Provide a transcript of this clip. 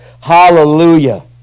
Hallelujah